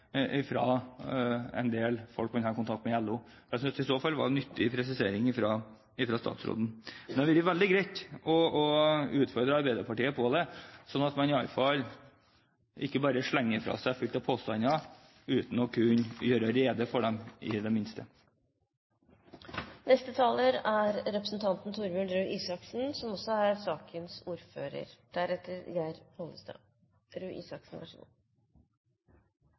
en del folk man har kontakt med i LO? Jeg synes det derfor var en nyttig presisering fra statsråden. Men det hadde vært veldig greit å utfordre Arbeiderpartiet på det, slik at man iallfall ikke bare slenger fra seg slike påstander uten i det minste å kunne gjøre rede for dem. Presidenten får tilgi en smule uærbødighet, men jeg holdt på å si at representanten